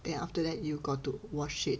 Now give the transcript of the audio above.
then after that you got to wash it